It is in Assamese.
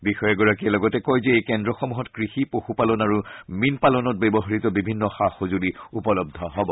বিষয়াগৰাকীয়ে লগতে কয় যে এই কেন্দ্ৰসমূহত কৃষি পশু পালন আৰু মীন পালনত ব্যৱহাত বিভিন্ন সা সজুলি উপলৰূ হব